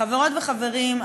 חברות וחברים,